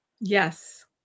Yes